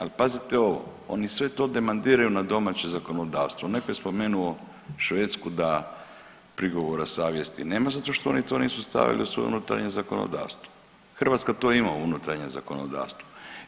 Al pazite ovo, oni sve to demandiraju na domaće zakonodavstvo, neko je spomenuo Švedsku da prigovora savjesti nema zato što oni to nisu stavili u svoje unutarnje zakonodavstvo, Hrvatska to ima u unutarnjem zakonodavstvu.